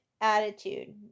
attitude